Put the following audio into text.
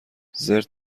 زرت